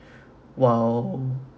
while